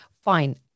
fine